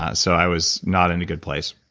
ah so i was not in a good place.